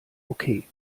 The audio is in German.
okay